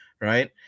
right